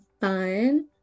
fun